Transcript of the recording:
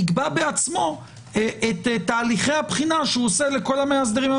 יקבע בעצמו את תהליכי הבחינה שהוא עושה לכל המאסדרים הממשלתיים.